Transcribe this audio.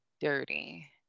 dirty